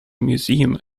museum